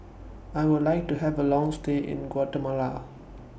I Would like to Have A Long stay in Guatemala